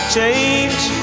change